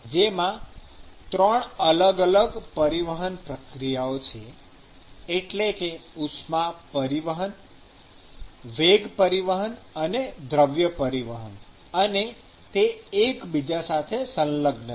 જેમાં 3 અલગ અલગ પરિવહન પ્રક્રિયાઓ છે એટલે કે ઉષ્મા પરિવહન વેગ પરિવહન અને દ્રવ્ય પરિવહન અને તે એકબીજા સાથે સંલગ્ન છે